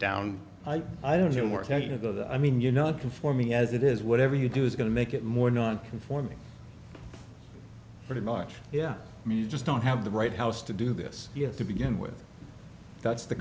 down i don't work i mean you know conforming as it is whatever you do is going to make it more non conforming pretty much yeah you just don't have the right house to do this to begin with that's the